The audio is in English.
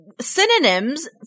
synonyms